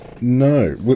No